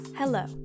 Hello